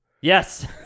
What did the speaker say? Yes